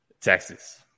Texas